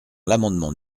l’amendement